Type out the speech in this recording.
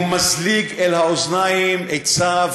אל האוזניים עצה,